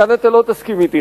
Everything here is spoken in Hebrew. כאן אתה לא תסכים אתי,